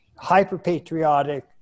hyper-patriotic